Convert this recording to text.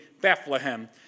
Bethlehem